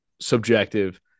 subjective